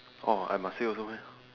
orh I must say also meh